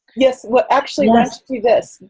yes. well actually let's do this.